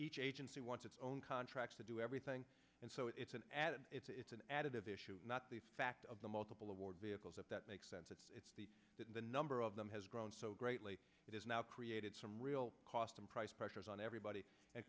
each agency wants its own contract to do everything and so it's an added it's an additive issue not the fact of the multiple award vehicles if that makes sense it's the that the number of them has grown so greatly it has now created some real cost and price pressures on everybody and